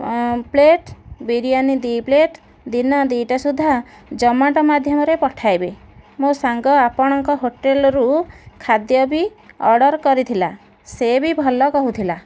plate biryani ଦୁଇ plate ଦିନ ଦୁଇଟା ସୁଦ୍ଧା ଜମାଟୋ ମାଧ୍ୟମରେ ପଠାଇବେ ମୋ ସାଙ୍ଗ ଆପଣଙ୍କ ହୋଟେଲରୁ ଖାଦ୍ୟ ବି ଅର୍ଡ଼ର କରିଥିଲା ସେ ବି ଭଲ କହୁଥିଲା